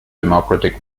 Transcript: democratic